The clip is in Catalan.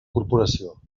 corporació